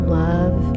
love